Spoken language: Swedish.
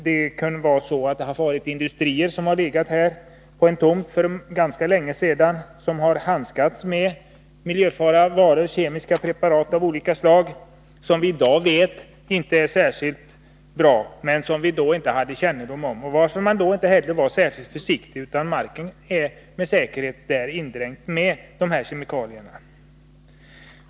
För ganska länge sedan kan det på en tomt ha legat industrier som handskades med miljöfarliga varor och kemiska preparat av olika slag som vi i dag vet inte är särskilt bra, men då hade man inte kännedom om detta. Därför var man inte heller särskilt försiktig, utan marken är med säkerhet indränkt med dessa kemikalier.